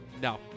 No